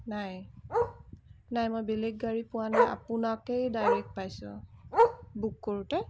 নাই নাই মই বেলেগ গাড়ী পোৱা নাই আপোনাকেই ডাইৰেক্ট পাইছোঁ বুক কৰোঁতে